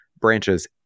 branches